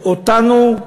שאותנו,